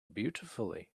beautifully